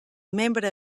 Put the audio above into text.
membre